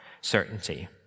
certainty